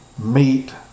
meat